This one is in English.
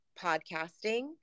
podcasting